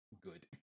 good